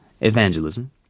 evangelism